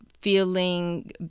feeling